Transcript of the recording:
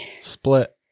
split